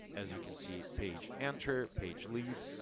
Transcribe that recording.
as you can see, page enter, page leave,